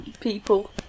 people